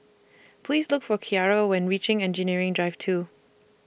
Please Look For Kiara when reaching Engineering Drive two